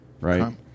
Right